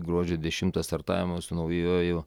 gruodžio dešimtą startavome su naujuoju